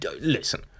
listen